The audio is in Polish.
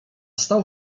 stał